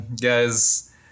guys